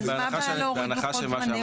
אז מה הבעיה להוריד לוחות זמנים?